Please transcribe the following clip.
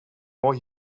more